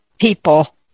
people